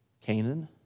Canaan